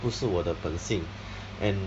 不是我的本性 and